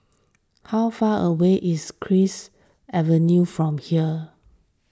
how far away is Cypress Avenue from here